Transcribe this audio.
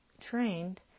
trained